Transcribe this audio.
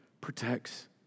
protects